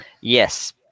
Yes